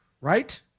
Right